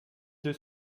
deux